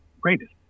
Greatest